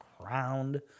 crowned